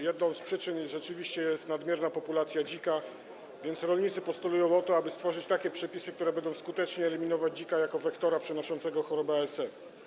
Jedną z przyczyn rzeczywiście jest nadmierna populacja dzika, więc rolnicy postulują, aby stworzyć takie przepisy, które będą skutecznie eliminować dzika jako wektora przenoszącego chorobę ASF.